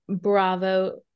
Bravo